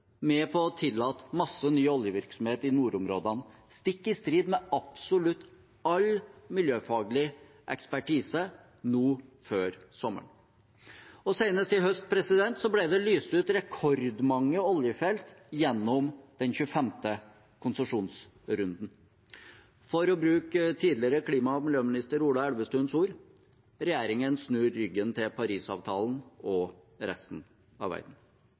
med på å tillate masse ny oljevirksomhet i nordområdene, stikk i strid med absolutt all miljøfaglig ekspertise, nå før sommeren. Senest i høst ble det lyst ut rekordmange oljefelt gjennom den 25. konsesjonsrunden. For å bruke tidligere klima- og miljøminister Ola Elvestuens ord: Regjeringen snur ryggen til Parisavtalen og resten av verden.